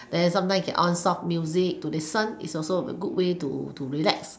then sometime you can on soft music to listen is also a good way to to relax